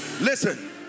listen